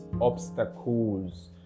obstacles